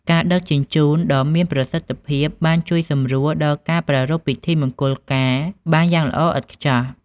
ការដឹកជញ្ជូនដ៏មានប្រសិទ្ធភាពបានជួយសម្រួលដល់ការប្រារព្ធពិធីមង្គលការបានយ៉ាងល្អឥតខ្ចោះ។